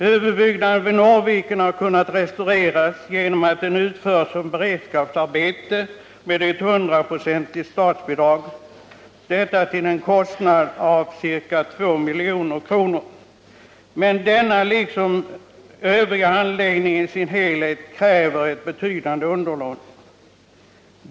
Huvudbyggnaden vid Norrviken har kunnat restaureras genom att arbetet utförts som beredskapsarbete med hundraprocentigt statsbidrag till en kostnad av ca 2 milj.kr. Denna liksom den övriga anläggningen i sin helhet kräver ett betydande underhåll.